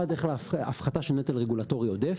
אחד הפחתה של נטל רגולטורי עודף,